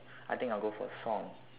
I think I will go for a song